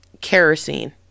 Kerosene